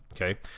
okay